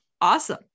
awesome